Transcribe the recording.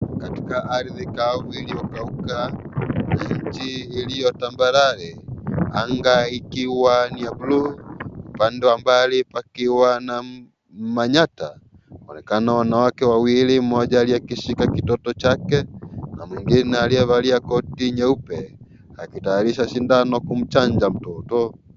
Katika ardhi kavu iliyokauka nchi iliyo tambarare anga ikiwa ni ya buluu upande wa mbali ikiwa na manyatta panaonekana wanawake wawili, mmoja aliyeshika kitoto chake na mwingine aliyevalia koti nyeupe akitayarisha sindano kumchanja mtoto.